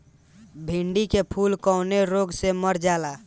भिन्डी के फूल कौने रोग से मर जाला?